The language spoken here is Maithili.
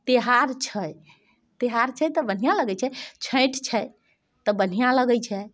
त्योहार छै त्योहार छै तऽ बढ़िआँ लगै छै छठि छै तऽ बढ़िआँ लगै छै